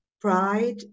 pride